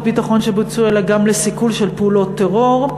ביטחון שבוצעו אלא גם לסיכול של פעולות טרור.